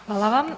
Hvala